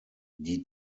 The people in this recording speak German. die